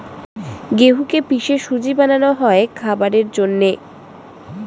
গেহুকে পিষে সুজি বানানো হয় খাবারের জন্যে